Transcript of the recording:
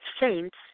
saints